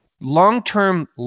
long-term